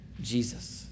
Jesus